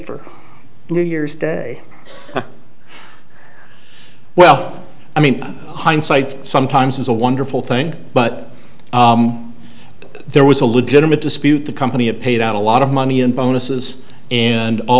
for new years well i mean hindsight sometimes is a wonderful thing but there was a legitimate dispute the company had paid out a lot of money in bonuses and all